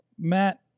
matt